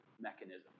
mechanism